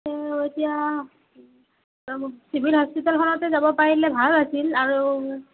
তেওঁ এতিয়া চিভিল হস্পিতালখনতে যাব পাৰিলে ভাল আছিল আৰু